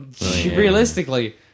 realistically